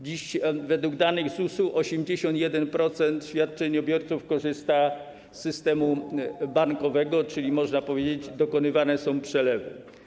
Dziś według danych ZUS-u 81% świadczeniobiorców korzysta z systemu bankowego, czyli można powiedzieć: dokonywane są przelewy.